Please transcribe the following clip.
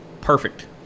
perfect